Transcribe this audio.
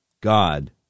God